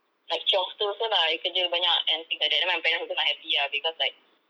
like chiongster also lah kerja banyak and things like that then my parents also not happy ah because like